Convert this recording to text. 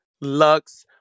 Lux